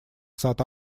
сад